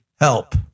help